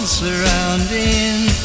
surrounding